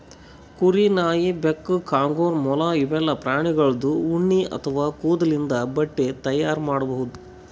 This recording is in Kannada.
ಕುರಿ, ನಾಯಿ, ಬೆಕ್ಕ, ಕಾಂಗರೂ, ಮೊಲ ಇವೆಲ್ಲಾ ಪ್ರಾಣಿಗೋಳ್ದು ಉಣ್ಣಿ ಅಥವಾ ಕೂದಲಿಂದ್ ಬಟ್ಟಿ ತೈಯಾರ್ ಮಾಡ್ಬಹುದ್